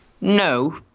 No